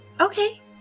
Okay